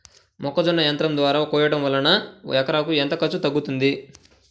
మొక్కజొన్న యంత్రం ద్వారా కోయటం వలన ఎకరాకు ఎంత ఖర్చు తగ్గుతుంది?